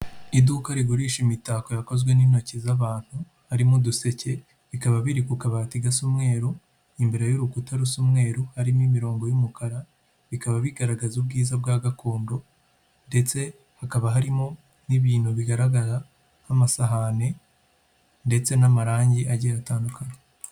Iduka rigurisha imitako yakozwe n'intoki z'abantu harimo uduseke, bikaba biri ku kabati gasa umweru imbere y'urukuta rusa umweru harimo imirongo y'umukara, bikaba bigaragaza ubwiza bwa gakondo ndetse hakaba harimo n'ibintu bigaragara nk'amasahani ndetse n'amarangi agiye atandukanye.